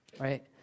right